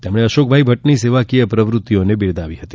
તેમણે અશોકભાઈ ભટ્ટની સેવાકીય પ્રવ્રત્તિઓને બિરદાવી હતી